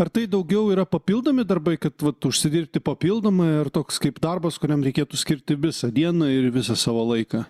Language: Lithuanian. ar tai daugiau yra papildomi darbai kad vat užsidirbti papildomai ar toks kaip darbas kuriam reikėtų skirti visą dieną ir visą savo laiką